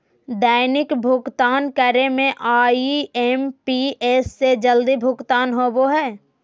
दैनिक भुक्तान करे में आई.एम.पी.एस से जल्दी भुगतान होबो हइ